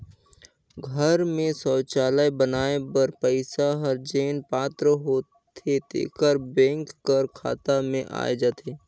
घर में सउचालय बनाए बर पइसा हर जेन पात्र होथे तेकर बेंक कर खाता में आए जाथे